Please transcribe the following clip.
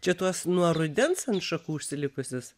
čia tuos nuo rudens ant šakų užsilikusius